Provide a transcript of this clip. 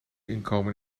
inkomen